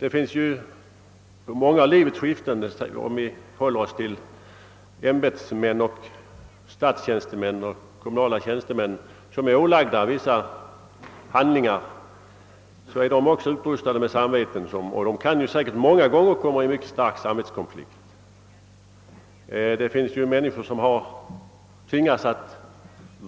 Det finns många livets skiften där ämbetsmän, statstjänstemän och kommunala tjänstemän — om vi nu håller oss till dem — är ålagda vissa handlingar. De är också utrustade med samveten, och de kan säkert många gånger komma i mycket stark samvetskonflikt. Det förekommer att människor tvingas